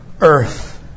earth